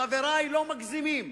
חברי לא מגזימים